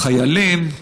החיילים,